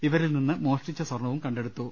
ഇവരിൽ നിന്ന് മോഷ്ടിച്ച സ്വർണ്ണവും കണ്ടെടുത്തു